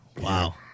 wow